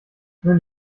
nun